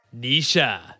Nisha